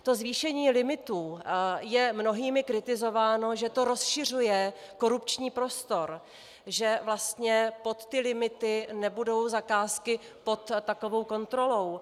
To zvýšení limitů je mnohými kritizováno, že rozšiřuje korupční prostor, že vlastně pod ty limity nebudou zakázky pod takovou kontrolou.